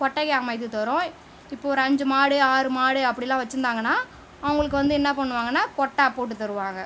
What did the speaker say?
கொட்டகை அமைத்து தரும் இப்போ ஒரு அஞ்சு மாடு ஆறு மாடு அப்படிலாம் வச்சுருந்தாங்கன்னா அவங்களுக்கு வந்து என்ன பண்ணுவாங்கன்னா கொட்டா போட்டுத் தருவாங்க